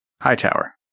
Hightower